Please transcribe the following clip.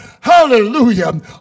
Hallelujah